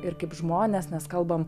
ir kaip žmonės nes kalbam